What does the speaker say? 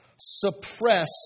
suppress